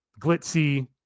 glitzy